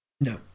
no